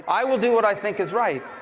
i will do what i think is right,